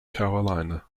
carolina